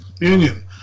union